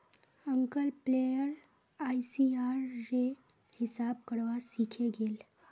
uncle player ICR रे हिसाब करवा सीखे गेल